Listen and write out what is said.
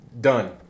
Done